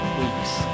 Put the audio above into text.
week's